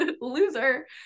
loser